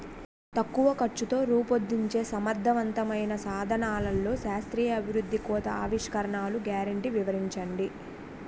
తక్కువ ఖర్చుతో రూపొందించే సమర్థవంతమైన సాధనాల్లో శాస్త్రీయ అభివృద్ధి కొత్త ఆవిష్కరణలు గ్యారంటీ వివరించండి?